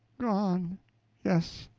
gone yes,